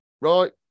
right